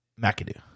McAdoo